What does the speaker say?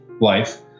life